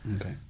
okay